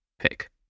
pick